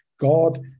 God